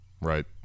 right